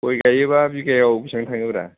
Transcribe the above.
गय गायोबा बिघायाव बिसिबां थाङो ब्रा